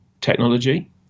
technology